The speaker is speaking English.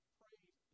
praise